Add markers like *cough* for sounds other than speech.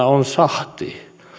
*unintelligible* on sahti